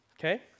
okay